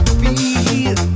feel